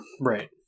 Right